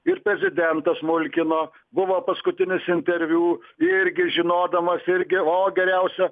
ir prezidentas mulkino buvo paskutinis interviu irgi žinodamas irgi o geriausia